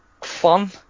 fun